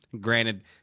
Granted